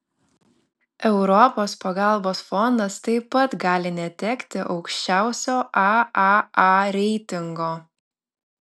europos pagalbos fondas taip pat gali netekti aukščiausio aaa reitingo